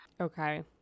Okay